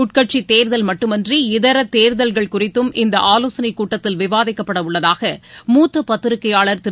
உள்கட்சி தேர்தல் மட்டுமின்றி இதர தேர்தல்கள் குறித்தும் இந்த ஆலோசனை கூட்டத்தில் விவாதிக்கப்படவுள்ளதாக மூத்த பத்திரிகையாளர் திரு